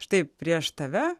štai prieš tave